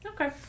Okay